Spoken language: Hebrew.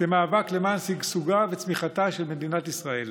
זה מאבק למען שגשוגה וצמיחתה של מדינת ישראל.